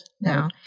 now